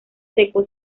seco